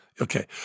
Okay